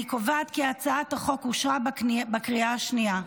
אני קובעת כי הצעת החוק אושרה בקריאה השנייה.